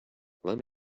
let